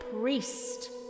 priest